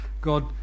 God